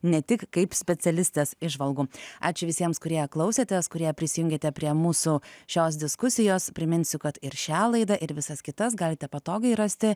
ne tik kaip specialistės įžvalgų ačiū visiems kurie klausėtės kurie prisijungėte prie mūsų šios diskusijos priminsiu kad ir šią laidą ir visas kitas galite patogiai rasti